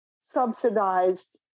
subsidized